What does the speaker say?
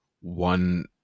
one